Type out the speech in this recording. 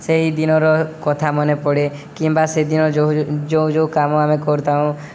ସେହିଦିନର କଥା ମନେ ପଡ଼େ କିମ୍ବା ସେଦିନ ଯେଉଁ ଯେଉଁ କାମ ଆମେ କରିଥାଉ